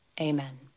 Amen